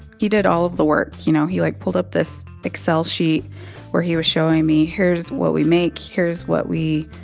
he did all of the work, you know? he, like, pulled up this excel sheet where he was showing me, here's what we make. here's what we,